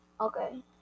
okay